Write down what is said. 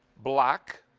black,